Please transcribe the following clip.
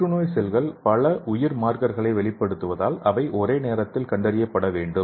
புற்றுநோய் செல்கள் பல உயிர் மார்க்கர்களை வெளிப்படுத்துவதால் அவை ஒரே நேரத்தில் கண்டறியப்பட வேண்டும்